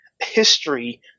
history